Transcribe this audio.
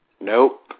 Nope